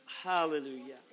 Hallelujah